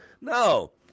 No